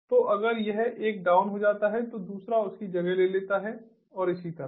तो अगर यह एक डाउन हो जाता है तो दूसरा उसकी जगह ले लेता है और इसी तरह